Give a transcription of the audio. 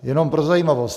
Jenom pro zajímavost.